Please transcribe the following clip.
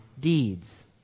deeds